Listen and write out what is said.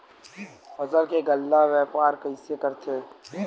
फसल के गल्ला व्यापार कइसे करथे?